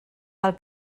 pel